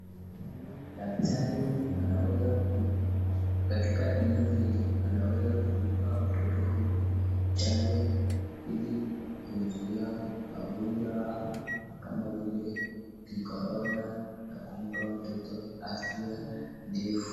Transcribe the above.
Daktari huyu katika eneo hili anaweza kumpa mtoto huyu chanjo ili kuzuia magonjwa kama vile korona na kumpa mtoto afya ndefu.